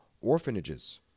orphanages